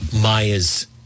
Maya's